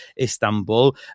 Istanbul